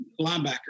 linebacker